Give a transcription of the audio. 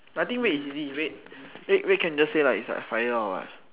I think red is easy red red red can just say like is like fire what